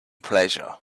pleasure